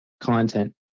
content